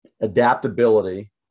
adaptability